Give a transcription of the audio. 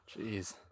Jeez